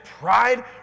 pride